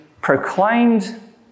proclaimed